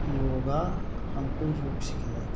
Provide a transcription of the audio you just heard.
योगा हमको योग सिखलाता है